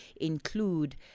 include